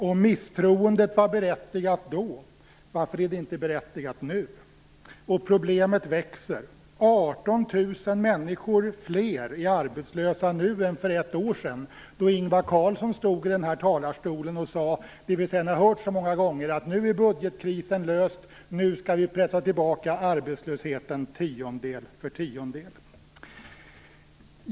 Om misstroendet var berättigat då, varför är det inte berättigat nu? Problemet växer. Nu är 18 000 fler människor arbetslösa än för ett år sedan, då Ingvar Carlsson stod i den här talarstolen och sade det som vi sedan har hört så många gånger, att nu är budgetkrisen löst och nu skall vi pressa tillbaka arbetslösheten tiondel för tiondel.